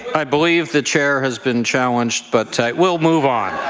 i believe the chair has been challenged, but we'll move on.